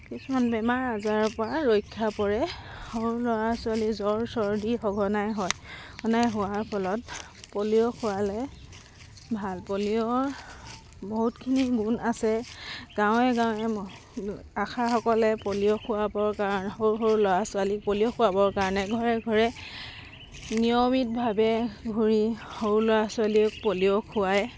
কিছুমান বেমাৰ আজাৰৰপৰা ৰক্ষা পৰে সৰু ল'ৰা ছোৱালীৰ জ্বৰ চৰ্দি সঘনাই হয় সঘনাই হোৱাৰ ফলত পলিঅ' খোৱালে ভাল পলিঅ'ৰ বহুতখিনি গুণ আছে গাঁৱে গাঁৱে আশা সকলে পলিঅ' খোৱাবৰ সৰু সৰু ল'ৰা ছোৱালীক পলিঅ' খোৱাবৰ কাৰণে ঘৰে ঘৰে নিয়মিতভাৱে ঘূৰি সৰু ল'ৰা ছোৱালীক পলিঅ' খুৱায়